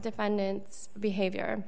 defendants behavior